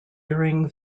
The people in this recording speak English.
during